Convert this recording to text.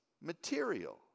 material